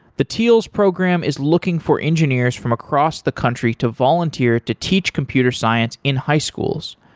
the teals program is looking for engineers from across the country to volunteer to teach computer science in high schools.